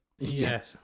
Yes